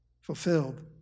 fulfilled